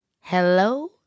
Hello